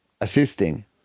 assisting